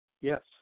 yes